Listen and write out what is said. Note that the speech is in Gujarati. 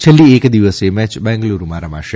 છેલ્લી એક દિવસીય મેચ બેંગલુરૂમાં રમાશે